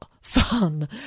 fun